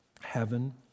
heaven